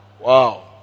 wow